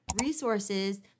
resources